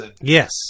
Yes